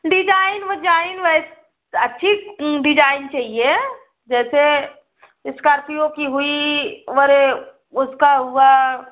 design वजाइन वै अच्छी डिजाइन चाहिए जैसे इस्कार्पियो की हुई अरे उसका हुआ